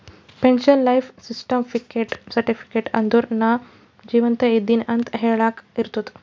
pension life certificate ಅಂದುರ್ ನಾ ಜೀವಂತ ಇದ್ದಿನ್ ಅಂತ ಹೆಳಾಕ್ ಇರ್ತುದ್